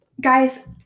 guys